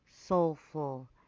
soulful